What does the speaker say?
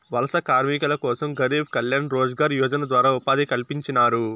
వలస కార్మికుల కోసం గరీబ్ కళ్యాణ్ రోజ్గార్ యోజన ద్వారా ఉపాధి కల్పించినారు